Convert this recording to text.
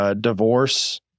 Divorce